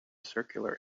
circular